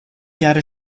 jahre